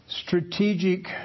strategic